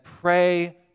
pray